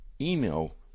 email